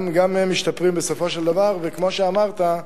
גם הם משתפרים בסופו של דבר, וכמו שאמרת,